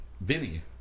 Vinny